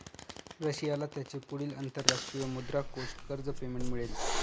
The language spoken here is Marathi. रशियाला त्याचे पुढील अंतरराष्ट्रीय मुद्रा कोष कर्ज पेमेंट मिळेल